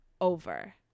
over